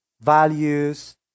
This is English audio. values